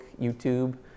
YouTube